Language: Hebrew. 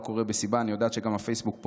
אני יודעת שגם הפייסבוק פה בגלל סיבות,